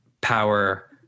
power